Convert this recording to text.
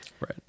right